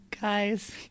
Guys